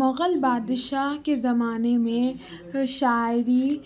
مغل بادشاہ کے زمانے میں شاعری